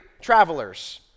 travelers